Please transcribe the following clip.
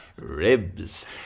Ribs